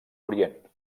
orient